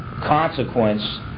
consequence